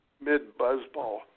mid-buzzball